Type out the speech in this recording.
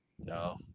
No